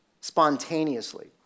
spontaneously